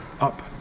up